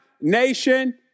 nation